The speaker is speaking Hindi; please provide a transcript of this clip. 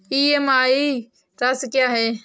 ई.एम.आई राशि क्या है?